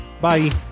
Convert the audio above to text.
Bye